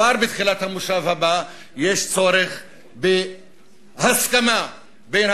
כבר בתחילת המושב הבא יש צורך בהסכמה בין